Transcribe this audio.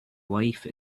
wife